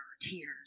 tears